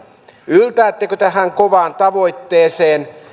yllättekö tähän kovaan tavoitteeseen